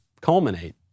culminate